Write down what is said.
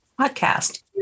podcast